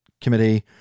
committee